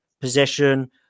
possession